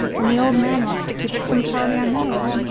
and the old man wants to keep it from charlie, i know.